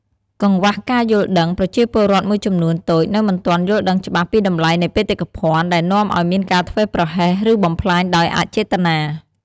កង្វះការយល់ដឹង ប្រជាពលរដ្ឋមួយចំនួនតូចនៅមិនទាន់យល់ដឹងច្បាស់ពីតម្លៃនៃបេតិកភណ្ឌ ដែលនាំឱ្យមានការធ្វេសប្រហែស ឬបំផ្លាញដោយអចេតនា។